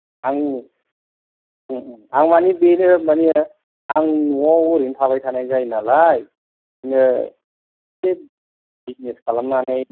आं आं मानि बेनो मानि आं न'आव ओरैनो थाबाय थानाय जायोनालाय बिदिनो एसे बिजनेस खालामनानै